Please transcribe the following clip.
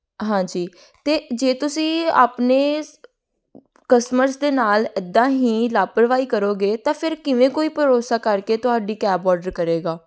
ਹਾਂਜੀ ਅਤੇ ਜੇ ਤੁਸੀਂ ਆਪਣੇ ਸ ਕਸਟਮਰਸ ਦੇ ਨਾਲ ਇੱਦਾਂ ਹੀ ਲਾਪਰਵਾਹੀ ਕਰੋਗੇ ਤਾਂ ਫਿਰ ਕਿਵੇਂ ਕੋਈ ਭਰੋਸਾ ਕਰਕੇ ਤੁਹਾਡੀ ਕੈਬ ਔਡਰ ਕਰੇਗਾ